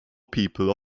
people